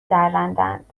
درندهاند